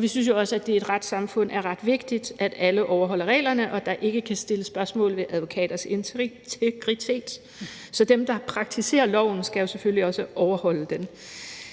Vi synes også, at det i et retssamfund er ret vigtigt, at alle overholder reglerne og der ikke kan stilles spørgsmål ved advokaters integritet. Dem, der praktiserer loven, skal jo selvfølgelig også overholde den,